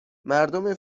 مردم